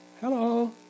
Hello